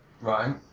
Right